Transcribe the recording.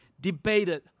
debated